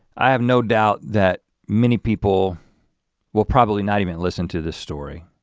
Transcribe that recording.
i have no doubt that many people will probably not even listen to this story.